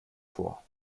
vor